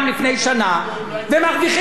ומרוויחים 4.2 מיליארד.